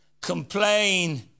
complain